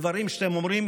היזהרו בדברים שאתם אומרים.